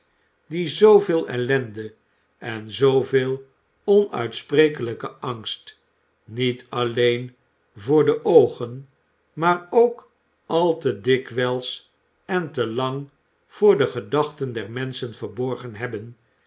die zooveel ellende en zooveel onuitsprekelijken angst niet alleen voor de oogen maar ook al te dikwijls en te lang voor de gedachten der menschen verborgen hebben